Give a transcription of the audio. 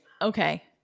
okay